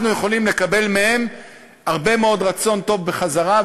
אנחנו יכולים לקבל מהם הרבה מאוד רצון טוב בחזרה,